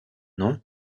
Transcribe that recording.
nom